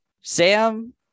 Sam